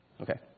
Okay